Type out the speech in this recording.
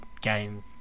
game